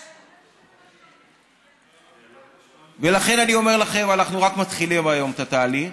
500. ולכן אני אומר לכם: אנחנו רק מתחילים היום את התהליך.